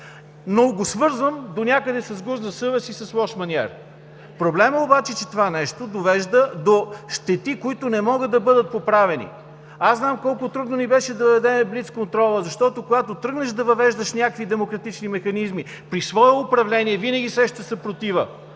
Но го свързвам донякъде с гузна съвест и с лош маниер. Проблем е обаче, че това нещо довежда до щети, които не могат да бъдат поправени. Аз знам колко трудно ми беше да въведем блицконтрола, защото когато тръгнеш да въвеждаш някакви демократични механизми при свое управление, винаги срещаш съпротива.